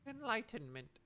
enlightenment